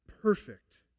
perfect